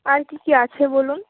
আর কী কী আছে বলুন